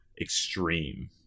extreme